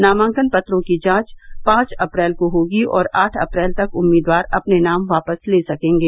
नामांकन पत्रों की जाँच पाँच अप्रैल को होगी और आठ अप्रैल तक उम्मीदवार अपने नाम वापस ले सकेंगे